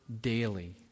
Daily